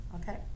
Okay